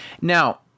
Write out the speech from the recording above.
Now